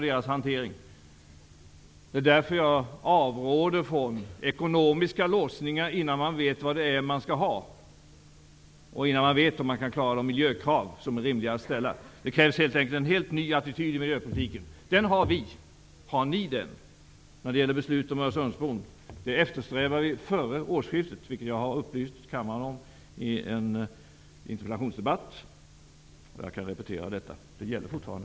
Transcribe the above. Det är därför jag avråder från ekonomiska låsningar innan man vet vad man skall ha och innan man vet om det går att klara rimliga miljökrav. Det krävs helt enkelt en helt ny attityd i miljöpolitiken. Den har vi. Har ni den? Jag har upplyst kammaren i en interpellationsdebatt att vi eftersträvar ett beslut före årsskiftet om Öresundsbron. Det gäller fortfarande.